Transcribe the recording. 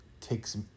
takes